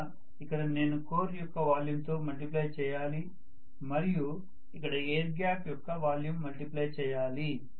ఇంకా ఇక్కడ నేను కోర్ యొక్క వాల్యూమ్ తో మల్టిప్లై చేయాలి మరియు ఇక్కడ ఎయిర్ గ్యాప్ యొక్క వాల్యూమ్ మల్టిప్లై చేయాలి